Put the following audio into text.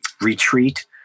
retreat